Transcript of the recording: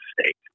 state